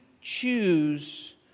choose